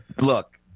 Look